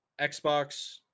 Xbox